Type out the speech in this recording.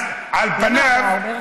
אז על פניו, למה ארבעה?